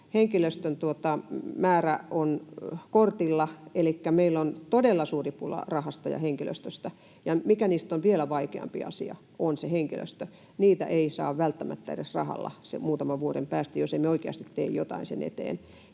henkilöstön määrä on kortilla, elikkä meillä on todella suuri pula rahasta ja henkilöstöstä, ja se, mikä niistä on vielä vaikeampi asia, on se henkilöstö. Sitä ei saa välttämättä edes rahalla muutaman vuoden päästä, jos emme oikeasti tee jotain sen eteen.